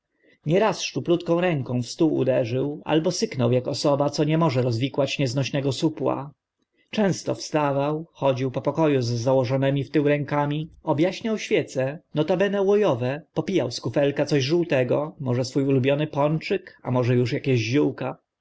niechęcią nieraz szczuplutką ręką w stół uderzył albo syknął ak osoba co nie może rozwikłać nieznośnego supła często wstawał chodził po poko u z założonymi w tył rękami ob aśniał świece notabene ło owe popijał z kufelka coś żółtego może swó ulubiony ponczyk a może uż akie ziółka